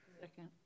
Second